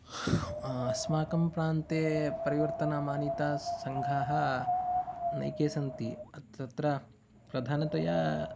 अस्माकं प्रान्ते परिवर्तनमानीता सङ्घाः अनेके सन्ति तत्र प्रधानतया